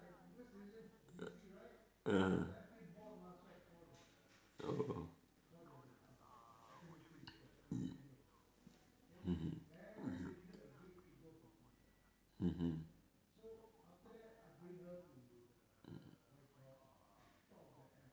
(uh huh) oh mmhmm mmhmm mm